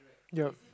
ya